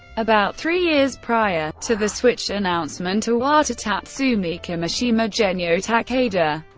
about three years prior to the switch's announcement, iwata, tatsumi kimishima, genyo takeda,